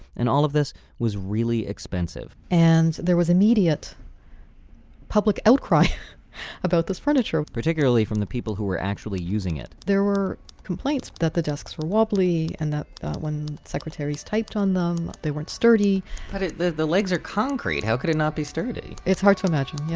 and all of this was really expensive and there was immediate public outcry about this furniture particularly from the people who were actually using it there were complaints that the desks were wobbly and that when secretaries typed on them, they weren't sturdy but the the legs are concrete! how could they not be sturdy? it's hard to imagine, yeah